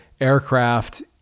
aircraft